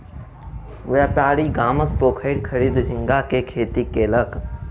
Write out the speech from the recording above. व्यापारी गामक पोखैर खरीद झींगा के खेती कयलक